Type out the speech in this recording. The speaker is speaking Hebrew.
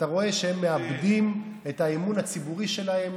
אתה רואה שהם מאבדים את האמון הציבורי שלהם.